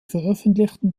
veröffentlichten